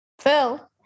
phil